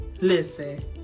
listen